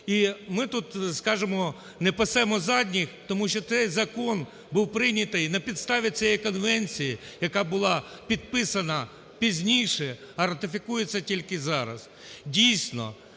І ми тут, скажімо, не пасемо задніх, тому що цей закон був прийнятий на підставі цієї конвенції, яка була підписана пізніше, а ратифікується тільки зараз. Дійсно,